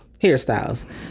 hairstyles